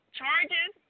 charges